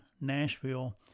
Nashville